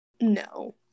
No